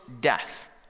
death